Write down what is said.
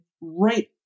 right